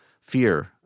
fear